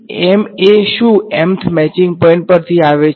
તેથી m એ શું mth મેચિંગ પોઈંટ પરથી આવે છે